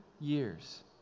years